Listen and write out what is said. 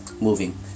moving